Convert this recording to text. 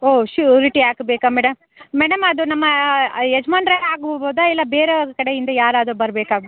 ಓಹ್ surety ಹಾಕಬೇಕ madam madam ಅದು ನಮ್ಮ ಯಜಮಾನ್ರೆ ಆಗ್ಬಿಡ್ಬೋದ ಇಲ್ಲ ಬೇರೆಯವ್ರ ಕಡೆಯಿಂದ ಯಾರಾದ್ರೂ ಬರಬೇಕಾ